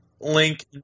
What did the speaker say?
Link